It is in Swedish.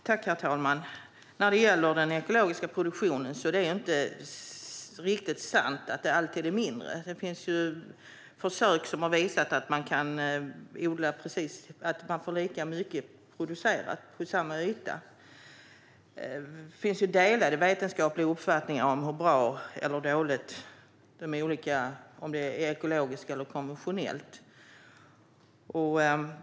Herr talman! Det är inte sant att den ekologiska produktionen alltid ger mindre. Försök har visat att man kan få ut lika mycket på samma yta. Det råder delade vetenskapliga uppfattningar om hur bra eller dåligt ekologisk respektive konventionell odling är.